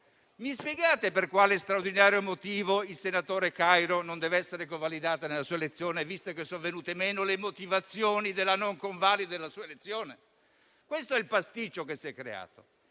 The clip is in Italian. Mi spiegate per quale straordinario motivo il senatore Cario non deve essere convalidato nella sua elezione, visto che sono venute meno le motivazioni della non convalida della sua elezione? Questo è il pasticcio che si è creato.